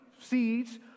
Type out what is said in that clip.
seeds